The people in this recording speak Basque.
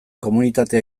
komunitatea